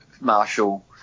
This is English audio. Marshall